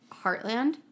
Heartland